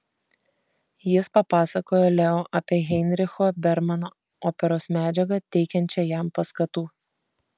jis papasakojo leo apie heinricho bermano operos medžiagą teikiančią jam paskatų